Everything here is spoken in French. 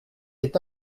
est